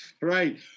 Right